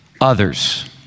others